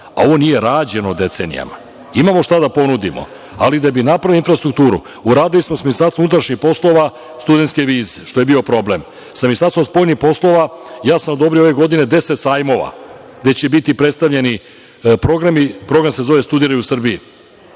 Ovo nije rađeno decenijama. Imamo šta da ponudimo, ali da bi napravili infrastrukturu uradili smo sa MUP studentske vize, što je bio problem. Sa Ministarstvom spoljnih poslova ja sam odobrio ove godine deset sajmova gde će biti predstavljeni programi. Program se zove „Studiraj u Srbiji“.